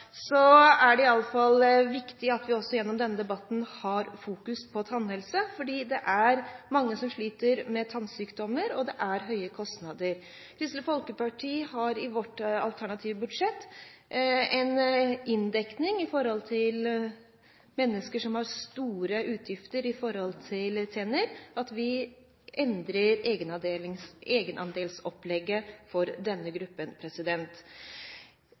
viktig at vi også i denne debatten har fokus på tannhelse, for det er mange som sliter med tannsykdommer, og det er høye kostnader. Kristelig Folkeparti har i sitt alternative budsjett en inndekning i forhold til mennesker som har store utgifter når det gjelder tenner, ved at vi endrer egenandelsopplegget for denne gruppen.